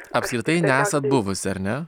apskritai nesat buvusi ar ne